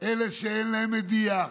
אלה שאין להם מדיח,